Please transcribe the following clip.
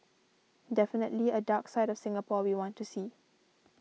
definitely a dark side of Singapore we want to see